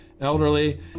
elderly